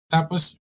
Tapos